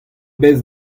bez